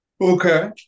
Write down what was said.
Okay